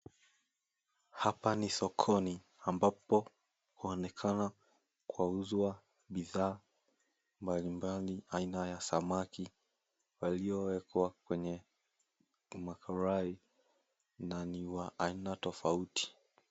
Hapa ni sokoni ambapo huonekana kwauzwa bidhaa mbali mbali ya aina samaki waliekwa kwenye makarai na ni wa aina tofauti.